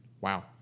Wow